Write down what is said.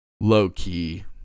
low-key